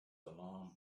alarmed